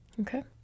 Okay